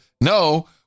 no